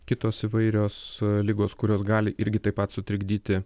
kitos įvairios ligos kurios gali irgi taip pat sutrikdyti